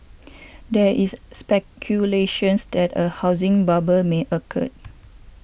there is speculations that a housing bubble may occur